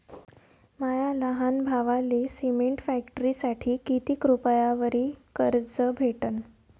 माया लहान भावाले सिमेंट फॅक्टरीसाठी कितीक रुपयावरी कर्ज भेटनं?